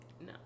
No